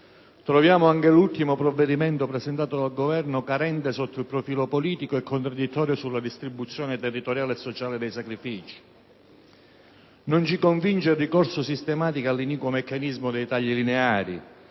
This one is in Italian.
Troviamo l'ultimo provvedimento presentato dal Governo carente sotto il profilo politico, e contraddittorio sulla distribuzione territoriale e sociale dei sacrifici. Non ci convince il ricorso sistematico all'iniquo meccanismo dei tagli lineari.